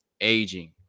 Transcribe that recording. aging